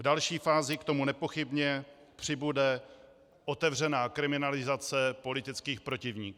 V další fázi k tomu nepochybně přibude otevřená kriminalizace politických protivníků.